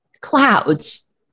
clouds